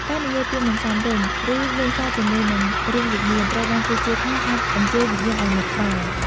ការនិយាយពាក្យមិនសមរម្យ ឬលេងសើចជាមួយនឹងរឿងវិញ្ញាណ ត្រូវបានគេជឿថាអាចអញ្ជើញវិញ្ញាណឱ្យមកក្បែរ។